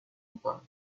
میکنن